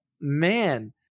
Man